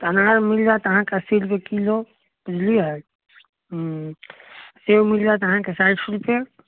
तऽ अनार मिल जाएत अहाँके अस्सी रुपए किलो बुझलियै हूँ सेव मिल जाएत अहाँके साठि रुपए